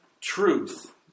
truth